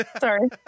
Sorry